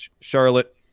Charlotte